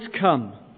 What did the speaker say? come